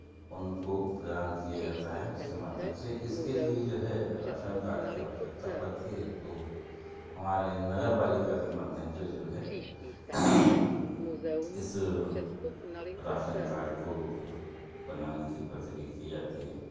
उनको प्रदान किया जाता है उसके माध्यम से इसके लिए जो है राशन कार्ड की आवश्यकता पड़ती है तो हमारे नगर पालिका के माध्यम से जो है इस राशन कार्ड को बनाने की प्रक्रिया की जाती है